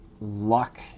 Luck